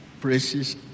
praises